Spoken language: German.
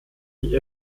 die